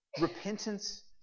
repentance